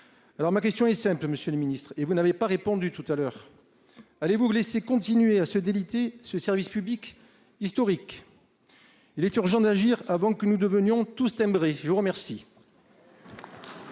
Alors ma question est simple, monsieur le ministre et vous n'avez pas répondu tout à l'heure. Allez vous blessés continuer à se déliter ce service public historique. Il est urgent d'agir avant que nous devenions tous timbrés, je vous remercie.